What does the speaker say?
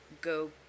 go